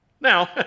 Now